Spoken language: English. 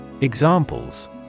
Examples